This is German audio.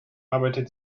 arbeitet